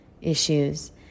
issues